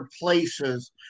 places